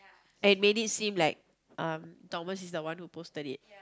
and made it seem like um Thomas is the one who posted it